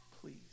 please